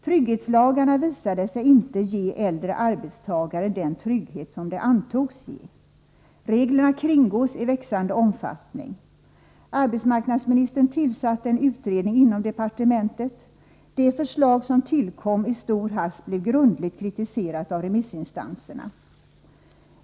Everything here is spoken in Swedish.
Trygghetslagarna visar sig inte ge äldre arbetstagare den trygghet som de lagarna antogs ge. Reglerna kringgås i växande omfattning. Arbetsmarknadsministern tillsatte en utredning inom departementet. Det förslag som sedan tillkom i stor hast blev grundligt kritiserat av remissinstanserna.